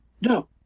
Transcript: no